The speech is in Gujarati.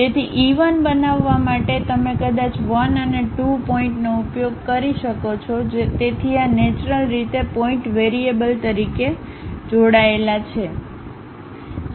તેથી E 1 બનાવવા માટે તમે કદાચ 1 અને 2 પોઇન્ટનો ઉપયોગ કરી શકો છો તેથી આ નેચરલ રીતે પોઇંટ વેરિયેબલ તરીકે જોડાયેલા છે